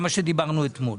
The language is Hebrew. על זה דיברנו אתמול.